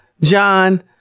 John